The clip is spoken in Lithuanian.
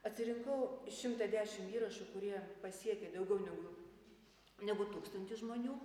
atsirinkau šimtą dešim įrašų kurie pasiekė daugiau negu negu tūkstantį žmonių